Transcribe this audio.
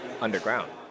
underground